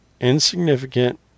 insignificant